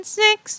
six